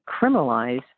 criminalize